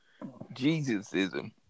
Jesusism